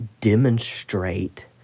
demonstrate